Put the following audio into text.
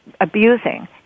abusing